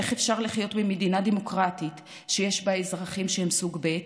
איך אפשר לחיות במדינה דמוקרטית שיש בה אזרחים שהם סוג ב',